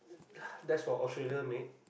that for Australia make